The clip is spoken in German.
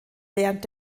während